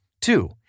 Two